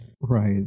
Right